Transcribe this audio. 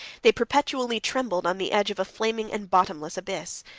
they perpetually trembled on the edge of a flaming and bottomless abyss.